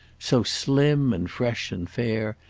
so slim and fresh and fair,